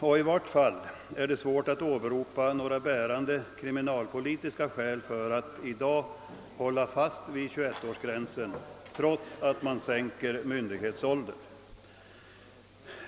I vart fall är det svårt att åberopa några bärande kriminalpolitiska skäl för att i dag hålla fast vid 21-årsgränsen trots att man sänker myndighetsåldern.